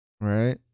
right